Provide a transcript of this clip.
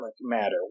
matter